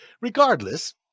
regardless